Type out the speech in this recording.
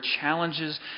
challenges